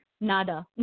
nada